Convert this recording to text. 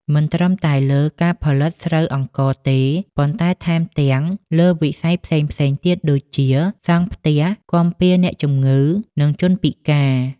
មិនត្រឹមតែលើការផលិតស្រូវអង្ករទេ ប៉ុន្តែថែមទាំងលើវិស័យផ្សេងៗទៀតដូចជា សង់ផ្ទះ គាំពារអ្នកជំងឺ និងជនពិការ។